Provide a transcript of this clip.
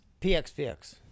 PXPX